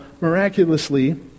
miraculously